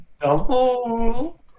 Double